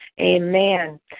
amen